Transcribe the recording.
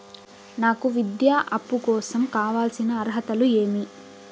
నాకు విద్యా అప్పు కోసం కావాల్సిన అర్హతలు ఏమి?